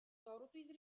serving